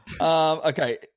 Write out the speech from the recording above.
okay